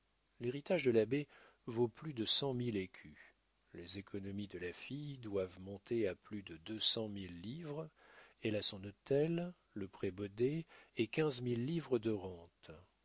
l'héritage de l'abbé vaut plus de cent mille écus les économies de la fille doivent monter à plus de deux cent mille livres elle a son hôtel le prébaudet et quinze mille livres de rente